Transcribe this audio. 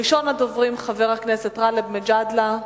ראשון הדוברים, חבר הכנסת גאלב מג'אדלה.